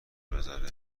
بزاره